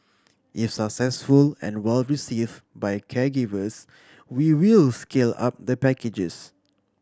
if successful and well received by caregivers we will scale up the packages